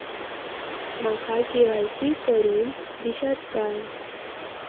माका के.वाय.सी करून दिश्यात काय?